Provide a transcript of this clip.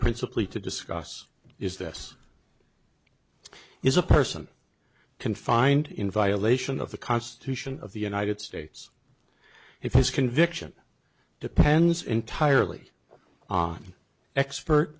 principally to discuss is this is a person confined in violation of the constitution of the united states if his conviction depends entirely on expert